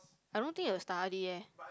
I don't think they will study eh